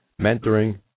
mentoring